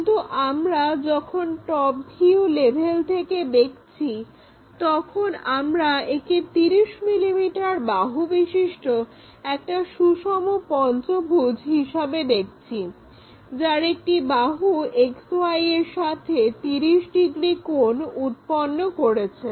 কিন্তু আমরা যখন টপ ভিউ লেভেল থেকে দেখছি তখন আমরা একে 30 মিলিমিটার বাহু বিশিষ্ট একটি সুষম পঞ্চভুজ হিসাবে দেখছি যার একটি বাহু XY এর সাথে 30 ডিগ্রি কোণ উৎপন্ন করেছে